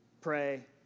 pray